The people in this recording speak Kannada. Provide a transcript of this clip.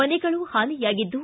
ಮನೆಗಳು ಹಾನಿಯಾಗಿದ್ದು